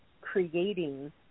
creating